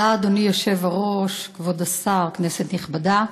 אדוני היושב-ראש, תודה, כבוד השר, כנסת נכבדה,